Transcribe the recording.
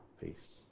peace